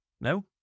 No